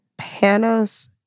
Panos